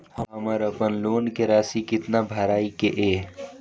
हमर अपन लोन के राशि कितना भराई के ये?